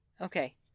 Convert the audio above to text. Okay